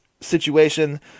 situation